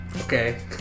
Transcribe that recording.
okay